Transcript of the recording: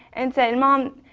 and said, mom,